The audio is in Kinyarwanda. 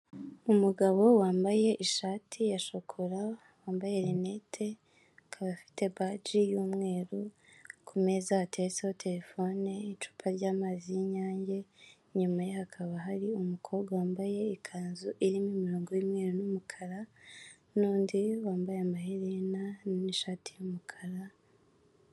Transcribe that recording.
Umugabo wambaye ishati ya shokora wambaye rinete akaba afite baji y'umweru, ku meza hateretseho terefone, icupa ry'amazi y'Inyange inyuma ye hakaba hari umukobwa wambaye ikanzu irimo imirongo y'umweru n'umukara nundi wambaye amaherena n'ishati y'umukara.